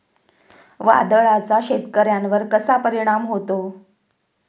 वादळाचा शेतकऱ्यांवर कसा परिणाम होतो?